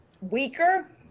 weaker